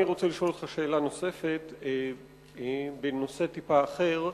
אני רוצה לשאול אותך שאלה נוספת בנושא טיפה אחר,